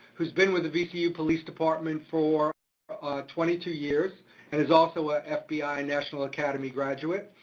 who's been with the vcu police department for twenty two years, and is also a fbi national academy graduate.